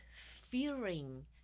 fearing